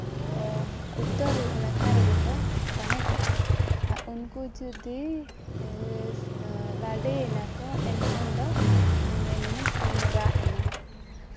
ᱩᱛᱛᱚᱨ ᱱᱟᱠᱷᱟ ᱨᱮᱜᱮ ᱠᱚ ᱛᱟᱦᱮᱸ ᱠᱚᱜᱼᱟ ᱩᱱᱠᱩ ᱡᱩᱫᱤ ᱞᱟᱰᱮᱭᱮᱱᱟ ᱠᱚ ᱮᱱᱠᱷᱟᱱ ᱫᱚ ᱢᱮᱱᱢᱮ ᱥᱤᱢᱨᱟᱜ ᱮᱱᱟ